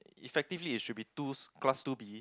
effectively it should be twos class two B